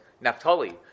Naphtali